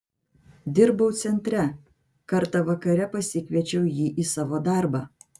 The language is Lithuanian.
dirbau centre kartą vakare pasikviečiau jį į savo darbą